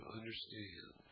understand